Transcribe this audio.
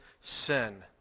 sin